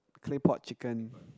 claypot chicken